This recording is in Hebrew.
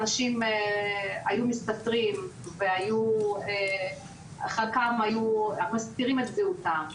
אנשים היו מסתתרים וחלקם היו מסתירים את זהותם,